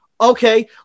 okay